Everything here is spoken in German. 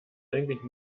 eigentlich